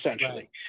essentially